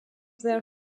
their